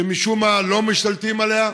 שמשום מה לא משתלטים עליה,